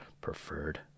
preferred